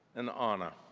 an honor.